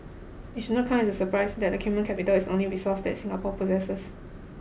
it should not come as a surprise that the human capital is only resource that Singapore possesses